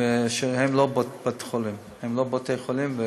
שהם לא בית חולים, הם לא בתי חולים.